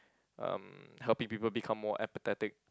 um helping people become more empathetic